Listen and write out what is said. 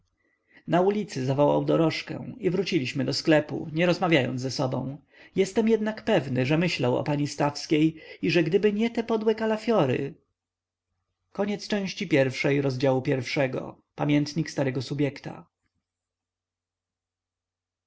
na ulicy zawołał dorożkę i wróciliśmy do sklepu nie rozmawiając ze sobą jestem jednak pewny że myślał o pani stawskiej i że gdyby nie te podłe kalafiory